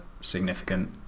significant